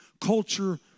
culture